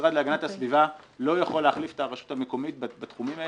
המשרד להגנת הסביבה לא יכול להחליף את הרשות המקומית בתחומים האלה.